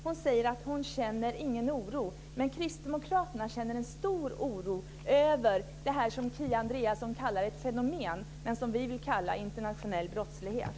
Hon säger att hon inte känner någon oro, men kristdemokraterna känner en stor oro över det som Kia Andreasson kallar ett fenomen men som vi vill kalla internationell brottslighet.